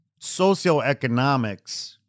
socioeconomics